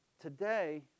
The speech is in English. today